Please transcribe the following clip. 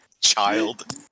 Child